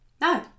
No